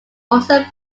also